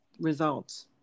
results